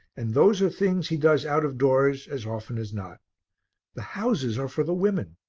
and those are things he does out of doors as often as not the houses are for the women,